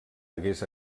hagués